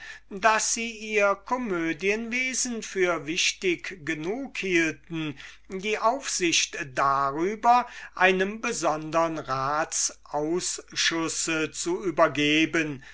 daß sie ihr komödienwesen für wichtig genug hielten die aufsicht darüber einem besondern ratsausschuß zu übergeben